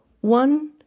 One